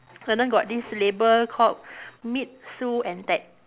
and then got this label called meet Sue and Ted